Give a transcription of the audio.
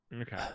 okay